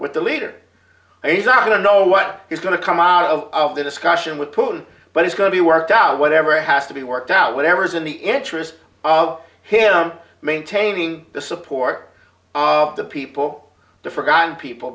with the leader he's i don't know what he's going to come out of the discussion with putin but he's going to be worked out whatever has to be worked out whatever's in the interest of him maintaining the support of the people the forgotten people